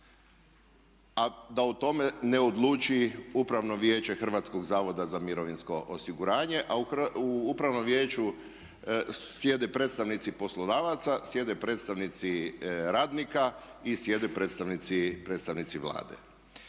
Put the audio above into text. a da o tome ne odluči Upravno vijeće HZMO-a, a u upravnom vijeću sjede predstavnici poslodavaca, sjede predstavnici radnika i sjede predstavnici Vlade.